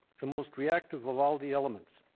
the most reactive of all the elements.